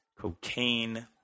cocaine